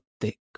thick